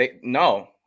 No